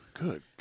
Good